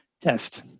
test